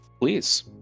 Please